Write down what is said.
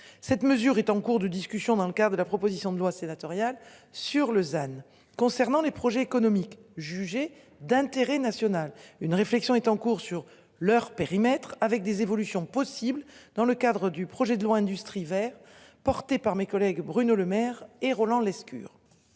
Cette mesure est en cours de discussion dans le quart de la proposition de loi sénatoriale sur Lausanne concernant les projets économiques jugés d'intérêt national. Une réflexion est en cours sur leur périmètre avec des évolutions possibles dans le cadre du projet de loi industrie vers porté par mes collègues Bruno Lemaire et Roland Lescure.